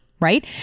Right